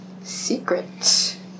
secret